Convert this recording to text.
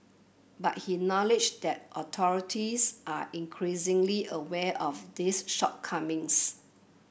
but he acknowledged that authorities are increasingly aware of these shortcomings